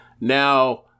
Now